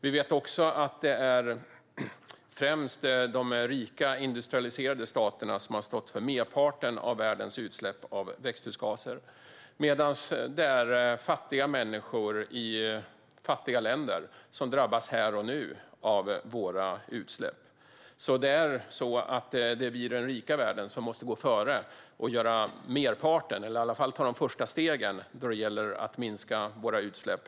Vi vet också att det främst är de rikaste, industrialiserade staterna som har stått för merparten av växthusgasutsläppen i världen, medan det är fattiga människor i fattiga länder som drabbas här och nu av våra utsläpp. Vi i den rika världen måste alltså gå före och göra merparten eller i alla fall ta de första stegen för att minska våra utsläpp.